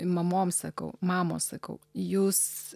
mamom sakau mamos sakau jūs